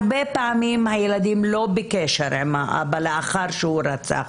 הרבה פעמים הילדים לא בקשר עם האבא לאחר שהוא רצח,